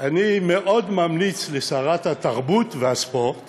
אני מאוד ממליץ לשרת התרבות והספורט